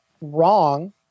wrong